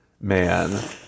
man